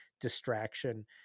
distraction